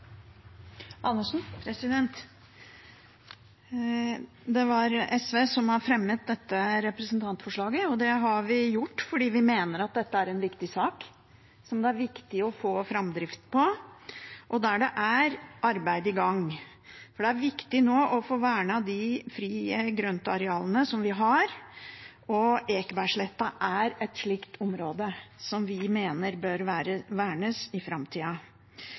det har vi gjort fordi vi mener at dette er en viktig sak som det er viktig å få framdrift på, og der det er arbeid i gang. Det er viktig nå å få vernet de frie grøntarealene vi har, og Ekebergsletta er et slikt område som vi mener bør vernes i framtida.